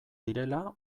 direla